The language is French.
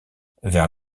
vers